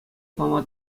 пама